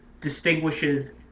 distinguishes